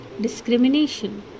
discrimination